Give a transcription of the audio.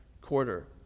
quarter